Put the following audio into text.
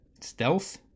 stealth